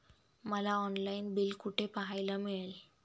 मला online bill कुठे पाहायला मिळेल?